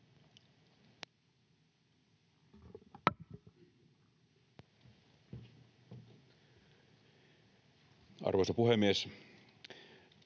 Arvoisa puhemies!